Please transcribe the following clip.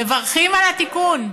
מברכים על התיקון.